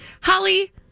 Holly